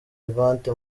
vivante